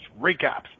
recaps